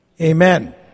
amen